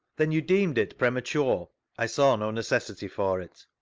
then you deemed it premature a i saw no necessity for it.